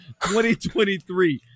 2023